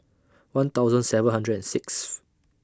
one thousand seven hundred and Sixth